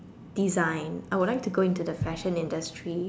design I would like to go into the fashion industry